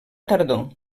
tardor